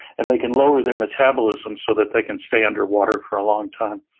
and they can lower their metabolism so that they can stay under water for a long time.